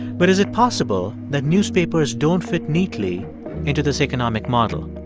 but is it possible that newspapers don't fit neatly into this economic model,